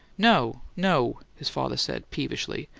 no, no, his father said, peevishly.